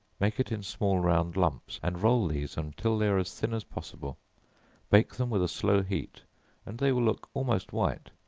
make it in small round lumps, and roll these until they are as thin as possible bake them with a slow heat and they will look almost white.